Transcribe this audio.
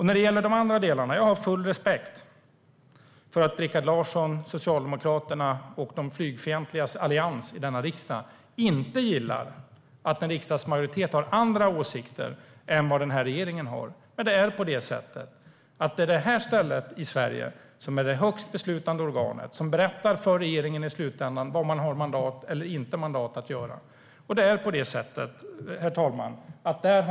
När det gäller de andra delarna har jag full respekt för att Rikard Larsson, Socialdemokraterna och de flygfientligas allians i denna riksdag inte gillar att en riksdagsmajoritet har andra åsikter än regeringen. Men detta är det högsta beslutande organet i Sverige som berättar för regeringen vad den i slutändan har mandat att göra eller inte.